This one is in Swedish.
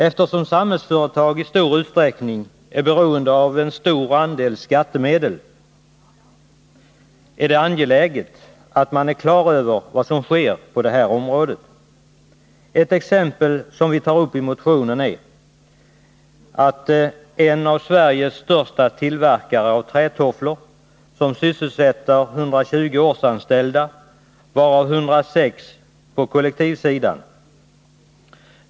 Eftersom Samhällsföretag i stor utsträckning är beroende av en stor andel skattemedel, är det angeläget att man är på det klara med vad som sker på detta område. Som exempel tar vi i motionen upp en av Sveriges största tillverkare av trätofflor som sysselsätter 120 årsanställda, varav 106 på kollektivsidan.